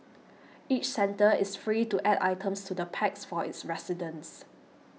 each centre is free to add items to the packs for its residents